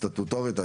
סטטוטורית.